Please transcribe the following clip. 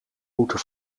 moeten